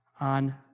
on